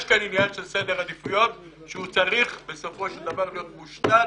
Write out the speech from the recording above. יש כאן עניין של סדר עדיפויות שהוא צריך בסופו של דבר להיות מושתת